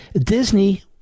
Disney